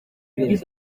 ibindi